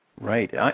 Right